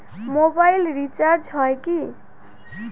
Mobile recharge হয় কি?